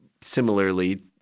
similarly